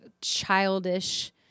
childish